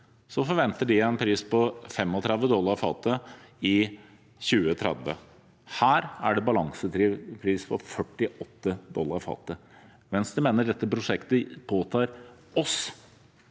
forventer man en pris på 35 dollar fatet i 2030. Her er det en balansepris på 48 dollar fatet. Venstre mener dette prosjektet pålegger oss